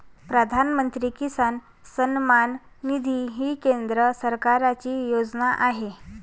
प्रधानमंत्री किसान सन्मान निधी ही केंद्र सरकारची योजना आहे